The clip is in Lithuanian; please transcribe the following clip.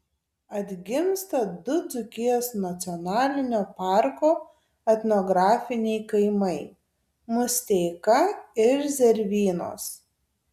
atgimsta du dzūkijos nacionalinio parko etnografiniai kaimai musteika ir zervynos